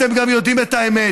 אתם גם יודעים את האמת,